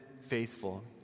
faithful